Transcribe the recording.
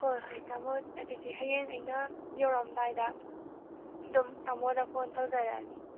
ꯍꯣꯏ ꯍꯣꯏ ꯇꯥꯃꯣ ꯑꯗꯨꯗꯤ ꯍꯌꯦꯡ ꯑꯩꯅ ꯌꯧꯔꯛꯑꯝꯗꯥꯏꯗ ꯑꯗꯨꯝ ꯇꯥꯃꯣꯗ ꯐꯣꯟ ꯇꯧꯖꯔꯛꯑꯒꯦ